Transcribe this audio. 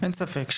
אין ספק,